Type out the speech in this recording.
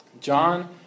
John